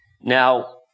Now